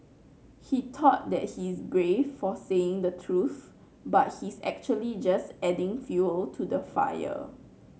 he thought that he's brave for saying the truth but he's actually just adding fuel to the fire